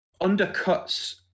undercuts